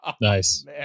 Nice